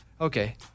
Okay